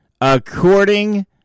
according